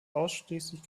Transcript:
ausschließlich